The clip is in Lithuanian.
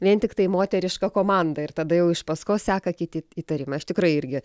vien tiktai moteriška komanda ir tada jau iš paskos seka kiti įtarimai aš tikrai irgi